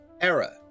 era